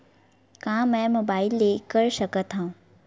का मै मोबाइल ले कर सकत हव?